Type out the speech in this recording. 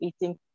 eating